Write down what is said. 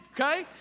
Okay